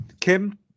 kim